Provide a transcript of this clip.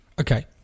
Okay